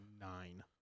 nine